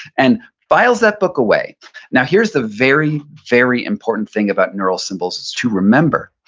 and files that book away now, here's the very, very important thing about neural symbols, is to remember,